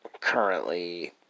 currently